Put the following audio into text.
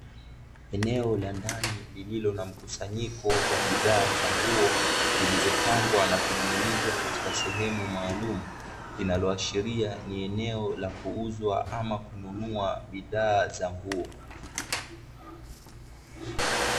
Eneo la ndani lililo na mkusanyiko wa bidhaa za nguo zilizopangwa na kuning'inizwa katika sehemu maalumu. Inaloashiria ni eneo la kuuzwa ama kununua bidhaa za nguo.